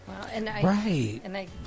Right